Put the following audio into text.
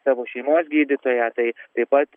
savo šeimos gydytoją tai taip pat